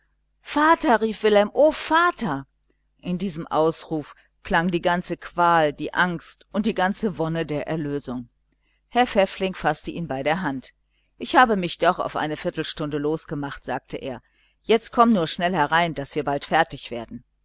vater rief wilhelm o vater und in diesem ausruf klang die ganze qual die angst und die ganze wonne der erlösung herr pfäffling faßte ihn bei hand ich habe mich doch auf eine viertelstunde los gemacht sagte er jetzt komm nur schnell herein daß wir bald fertig werden